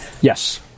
Yes